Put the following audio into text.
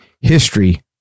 history